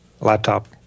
Laptop